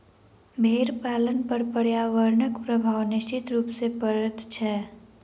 भेंड़ पालन पर पर्यावरणक प्रभाव निश्चित रूप सॅ पड़ैत छै